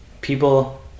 people